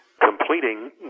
completing